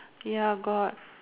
ya got